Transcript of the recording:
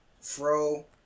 fro